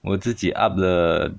我自己 up 了